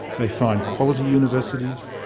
they find quality universities,